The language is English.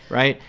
right?